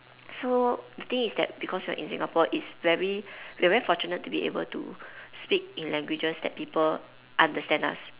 so the thing is that because you are in Singapore it's very we are very fortunate to be able to speak in languages that people understand us